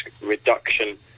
reduction